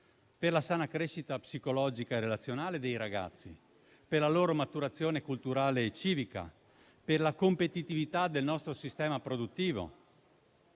per la sana crescita psicologica e relazionale dei ragazzi, per la loro maturazione culturale e civica, per la competitività del nostro sistema produttivo.